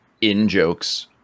in-jokes